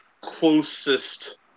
closest